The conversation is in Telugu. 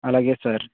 అలాగే సార్